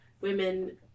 women